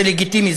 זה לגיטימי,